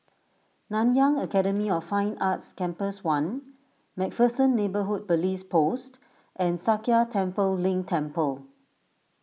Nanyang Academy of Fine Arts Campus one MacPherson Neighbourhood Police Post and Sakya Tenphel Ling Temple